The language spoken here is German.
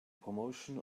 promotion